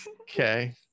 okay